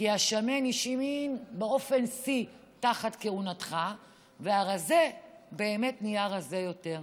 כי השמן השמין באופן שיא תחת כהונתך והרזה באמת נהיה רזה יותר.